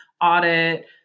audit